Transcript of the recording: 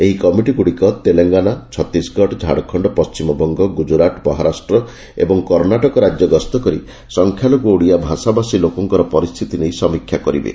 ଏହି କମିଟି ଗୁଡ଼ିକ ଡେଲେଙ୍ଙାନା ଛତିଶଗଡ ଝାଡଖଣ୍ଡ ପଣ୍ଟିମବଙ୍ଗ ଗୁକୁରାଟ ମହାରାଷ୍ଡ ଏବଂ କର୍ଷାଟକ ରାଜ୍ୟ ଗସ୍ତ କରି ସଂଖ୍ୟାଲଘୁ ଓଡ଼ିଆ ଭାଷାଭାଷି ଲୋକଙ୍କର ପରିସ୍ଚିତି ନେଇ ସମୀକ୍ଷା କରିବେ